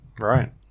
Right